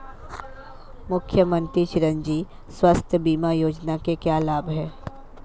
मुख्यमंत्री चिरंजी स्वास्थ्य बीमा योजना के क्या लाभ हैं?